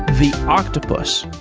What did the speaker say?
the octopus,